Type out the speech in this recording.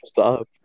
Stop